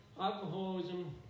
Alcoholism